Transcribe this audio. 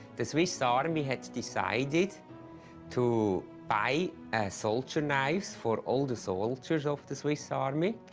the swiss so army had decided to buy soldier knives for all the soldiers of the swiss army,